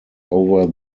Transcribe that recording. over